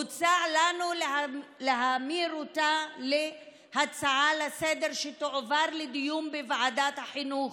הוצע לנו להמיר אותה להצעה לסדר-יום שתועבר לדיון בוועדת החינוך.